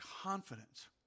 confidence